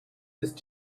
ist